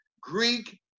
Greek